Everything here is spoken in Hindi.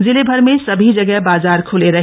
जिलेभर में सभी जगह बाजार खुले रहे